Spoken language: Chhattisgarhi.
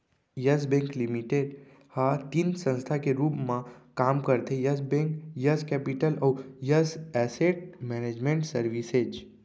यस बेंक लिमिटेड ह तीन संस्था के रूप म काम करथे यस बेंक, यस केपिटल अउ यस एसेट मैनेजमेंट सरविसेज